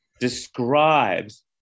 describes